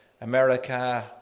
America